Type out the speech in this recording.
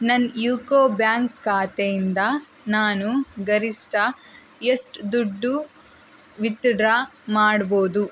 ನನ್ನ UCO bank ಖಾತೆಯಿಂದ ನಾನು ಗರಿಷ್ಠ ಎಷ್ಟ್ ದುಡ್ಡು ವಿತ್ಡ್ರಾ ಮಾಡ್ಬೋದು